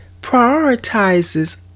prioritizes